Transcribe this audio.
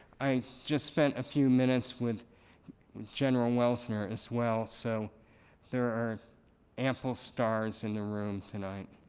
i just spent a few minutes with general welser as well so there are ample stars in the room tonight.